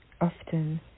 Often